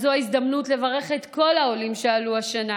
אז זו ההזדמנות לברך את כל העולים שעלו השנה.